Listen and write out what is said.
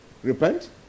Repent